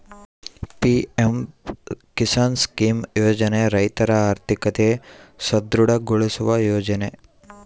PM Kisan scheme ಯೋಜನೆ ರೈತರ ಆರ್ಥಿಕತೆ ಸದೃಢ ಗೊಳಿಸುವ ಯೋಜನೆ